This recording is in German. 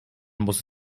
muss